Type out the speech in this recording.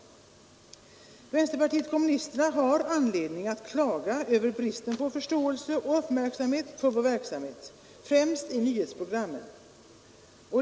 Vänsterpartiet kommunisterna har anledning att klaga över bristen på förståelse och uppmärksamhet för sin verksamhet, främst i nyhetsprogrammen.